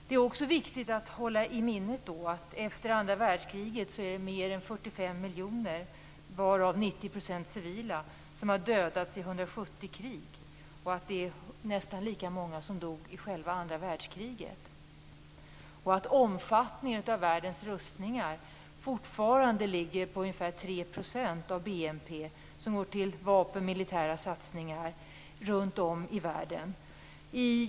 Det är också viktigt att hålla i minnet att det efter andra världskriget är mer än 45 miljoner människor, varav 90 % civila, som har dödats i 170 krig. Det är nästan lika många som dog under andra världskriget. Omfattningen av världens rustningar ligger fortfarande på ca 3 % av BNP. Det är vad som går till vapen och militära satsningar runt om i världen.